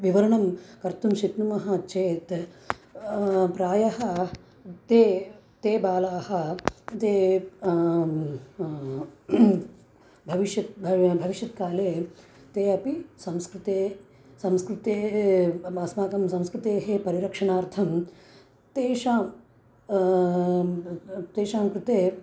विवरणं कर्तुं शक्नुमः चेत् प्रायः ते ते बालाः ते भविष्यत् भव्य भविश्यत्काले ते अपि संस्कृते संस्कृते म अस्माकं संस्कृतेः परिरक्षणार्थं तेषां तेषां कृते